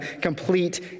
complete